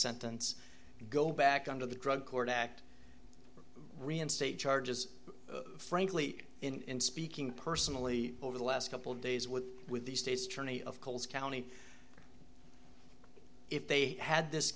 sentence go back under the drug court act reinstate charges frankly in speaking personally over the last couple of days with with the state's attorney of cols county if they had this